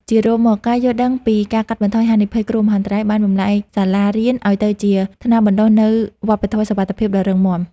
ជារួមមក ការយល់ដឹងពីការកាត់បន្ថយហានិភ័យគ្រោះមហន្តរាយ បានបំប្លែងសាលារៀនឱ្យទៅជាថ្នាលបណ្ដុះនូវវប្បធម៌សុវត្ថិភាពដ៏រឹងមាំ។